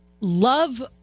love